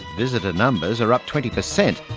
visitor numbers are up twenty percent.